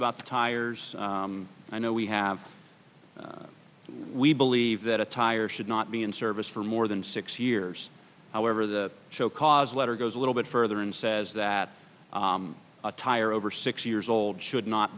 about the tires i know we have we believe that a tire should not be in service for more than six years however the show cause letter goes a little bit further and says that a tire over six years old should not